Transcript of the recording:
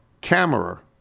camera